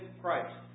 Christ